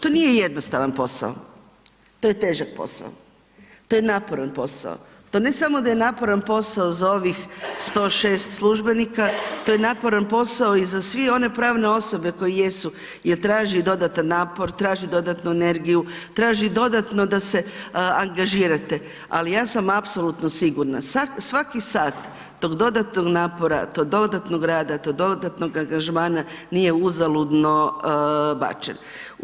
To nije jednostavan posao, to je težak posao, to je naporan posao, to ne samo da je naporan posao za ovih 106 službenika, to je naporan i za sve one pravne osobe koje jesu jer traži dodatan napor, traži dodatnu energiju, traži dodatno da se angažirate, ali ja sam apsolutno sigurna, svaki sat tog dodatnog napora, tog dodatnog rada, tog dodatnog angažmana nije uzaludno bačen.